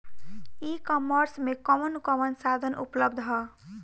ई कॉमर्स में कवन कवन साधन उपलब्ध ह?